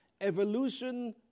Evolution